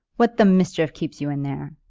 what the mischief keeps you in there?